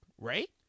right